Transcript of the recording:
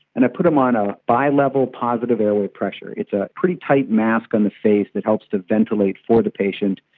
and i put him on a bi-level positive airway pressure. it's a pretty tight mask on the face that helps helps to ventilate for the patient.